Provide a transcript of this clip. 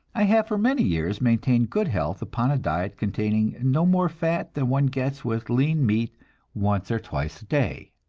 i have for many years maintained good health upon a diet containing no more fat than one gets with lean meat once or twice a day.